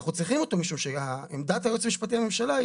אנחנו צריכים אותו משום שעמדת היועץ המשפטי לממשלה היא